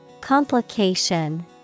Complication